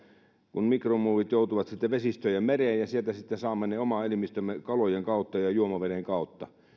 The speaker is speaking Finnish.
kun mikromuovit joutuvat vesistöihin ja mereen sieltä sitten saamme ne omaan elimistöömme kalojen kautta ja juomaveden kautta